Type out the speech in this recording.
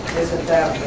isn't that